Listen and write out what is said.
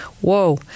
Whoa